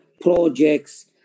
projects